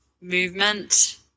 movement